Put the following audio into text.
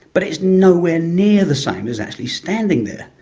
but it's nowhere near the same as actually standing there.